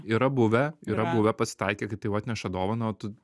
yra buvę yra buvę pasitaikę kai tau atneša dovaną o tu